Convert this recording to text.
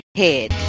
head